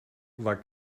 war